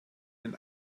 den